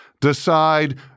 decide